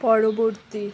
পরবর্তী